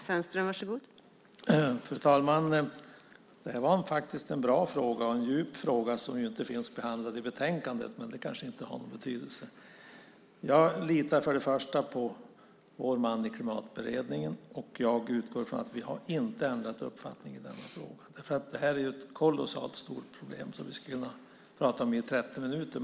Fru talman! Det var faktiskt en bra och djup fråga som inte finns behandlad i betänkandet. Men det kanske inte har någon betydelse. Jag litar för det första på vår man i Klimatberedningen. Jag utgår från att vi inte har ändrat uppfattning i frågan. Detta är ett kolossalt stort problem som vi skulle kunna prata om i 30 minuter.